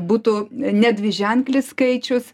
būtų ne dviženklis skaičius